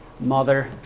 mother